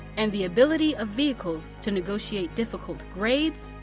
and, the ability of vehicles to negotiate difficult grades,